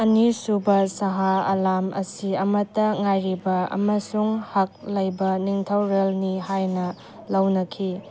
ꯑꯅꯤꯁꯨꯕ ꯁꯥꯍꯥ ꯑꯥꯂꯥꯝ ꯑꯁꯤ ꯑꯃꯇ ꯉꯥꯏꯔꯤꯕ ꯑꯃꯁꯨꯡ ꯍꯛ ꯂꯩꯕ ꯅꯤꯡꯊꯧꯔꯦꯜꯅꯤ ꯍꯥꯏꯅ ꯂꯧꯅꯈꯤ